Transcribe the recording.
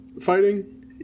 fighting